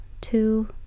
two